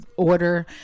Order